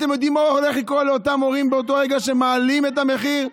אתם יודעים מה הולך לקרות לאותם הורים באותו רגע שמעלים את המחיר?